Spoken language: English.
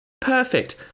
perfect